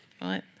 right